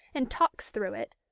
and talks through it.